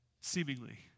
seemingly